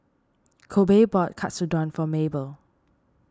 Kobe bought Katsudon for Maebelle